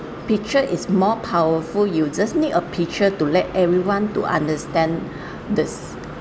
picture is more powerful you just need a picture to let everyone to understand this